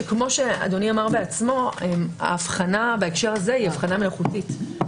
כיפ שאדוני אמר, ההבחנה בהקשר זה היא מלאכותית.